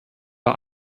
bei